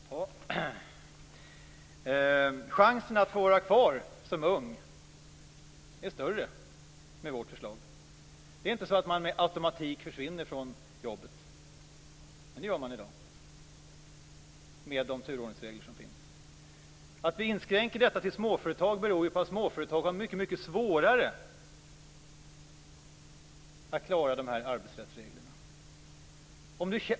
Fru talman! Chansen att få vara kvar som ung är större med vårt förslag. Det är inte så att man med automatik försvinner från jobbet, men det gör man i dag med de turordningsregler som finns. Att vi inskränker detta till småföretag beror ju på de har det mycket svårare att klara arbetsrättsreglerna.